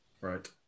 right